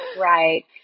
Right